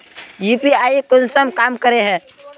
UPI कुंसम काम करे है?